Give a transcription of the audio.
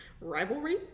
rivalry